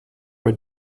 bei